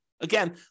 Again